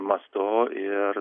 mastu ir